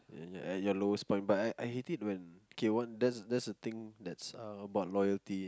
yeah at your lowest point but I I hate it when K one that's that's the thing that's uh about loyalty